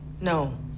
No